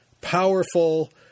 powerful